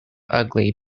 ugly